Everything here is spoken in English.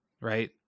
right